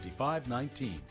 5519